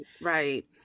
right